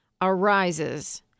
arises